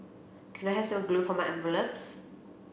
can I have some glue for my envelopes